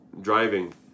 driving